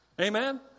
Amen